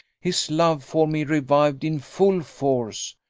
his love for me revived in full force.